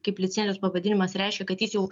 kaip licencijos pavadinimas reiškia kad jis jau